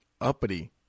uppity